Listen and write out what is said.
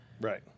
Right